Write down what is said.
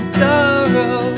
sorrow